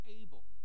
able